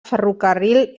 ferrocarril